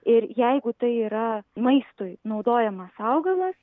ir jeigu tai yra maistui naudojamas augalas